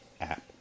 app